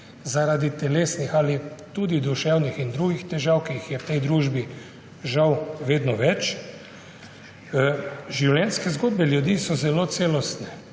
zaradi telesnih ali tudi duševnih in drugih težav, ki jih je v tej družbi žal vedno več? Življenjske zgodbe ljudi so zelo celostne.